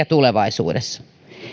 tulevaisuudessa